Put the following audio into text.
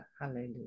Hallelujah